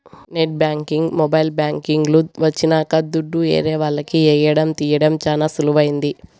net banking mobile banking లు వచ్చినంక దుడ్డు ఏరే వాళ్లకి ఏయడం తీయడం చానా సులువైంది